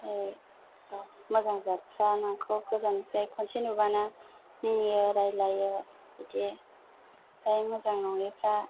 मोजां जाथफ्रा नोंखौ गोजाननिफ्राय खनसे नुबानो मिनियो रायलायो बिदि ओमफ्राय मोजां नङैफ्रा